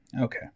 Okay